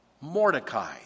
Mordecai